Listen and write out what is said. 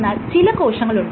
എന്നാൽ ചില കോശങ്ങളുണ്ട്